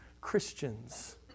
Christians